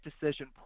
decision